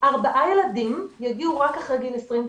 ארבעה ילדים שעברו פגיעה יגיעו רק אחרי גיל 22,